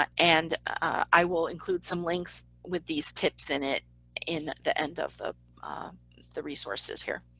um and i will include some links with these tips in it in the end of the the resources here.